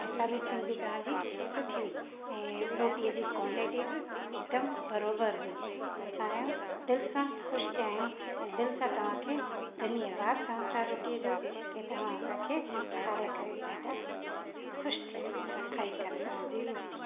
ऐं सर्विसिंग बि तांजी सुठी हुई ऐं रोटीअ जी क्वांटिटी बि हिकुदमि बराबरि हुई त असांजो दिलि सां ख़ुशि थिया आहियूं ऐं दिलि सां तव्हांखे धन्यवाद चऊं था रोटी जो की तव्हां असांखे खाराए करे ॾाढा ख़ुशि थियासी असां खाई करे तव्हांजी रोटी